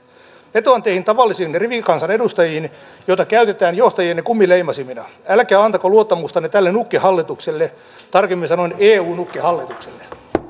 vetoan teihin tavallisiin rivikansanedustajiin joita käytetään johtajienne kumileimasimina älkää antako luottamustanne tälle nukkehallitukselle tarkemmin sanoen eun nukkehallitukselle